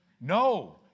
No